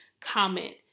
comment